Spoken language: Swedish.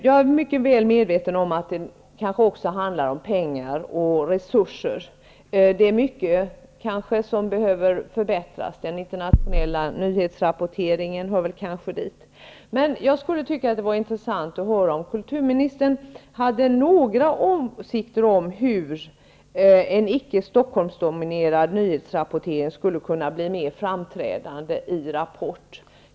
Jag är mycket väl medveten om att detta också handlar om pengar och resurser. Mycket behöver förbättras. Den internationella nyhetsrapporteringen hör väl kanske dit. Det vore ändå intressant att höra om kulturministern har några åsikter om hur en icke Stockholmsdominerad nyhetsrapportering skulle kunna bli mer framträdande i Rapport.